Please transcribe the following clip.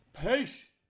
peace